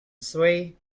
sway